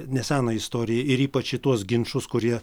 neseną istoriją ir ypač į tuos ginčus kurie